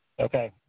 Okay